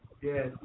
Yes